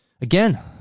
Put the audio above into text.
again